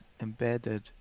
embedded